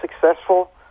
successful